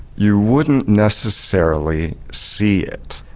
you wouldn't necessarily see it.